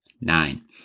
nine